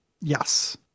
Yes